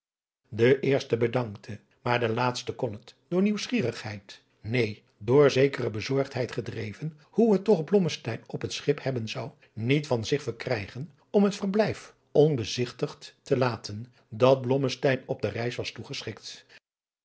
de eerste bedankte maar de laatste kon het door nieuwsgierigheid neen door zekere bezorgdheid gedreven hoe het toch blommesteyn op het schip hebben zou niet van zich verkrijgen om het verblijf onbezigtigd te laten dat blommesteyn op de reis was toegeschikt